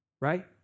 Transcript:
Right